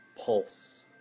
pulse